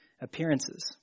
appearances